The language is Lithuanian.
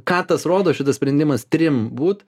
ką tas rodo šitas sprendimas trim būt